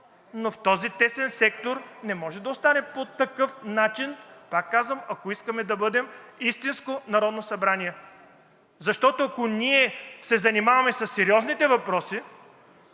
но този тесен сектор не може да остане по такъв начин, пак казвам, ако искаме да бъдем истинско Народно събрание. Защото, ако ние се занимаваме със сериозните въпроси,